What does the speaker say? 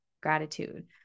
gratitude